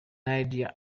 idea